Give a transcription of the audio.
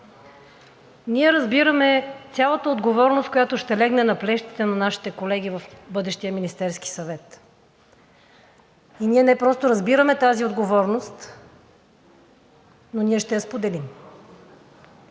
Ние разбираме цялата отговорност, която ще легне на плещите на нашите колеги в бъдещия Министерски съвет. И ние не просто разбираме тази отговорност, но ние ще я споделим.